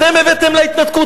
אתם הבאתם להתנתקות.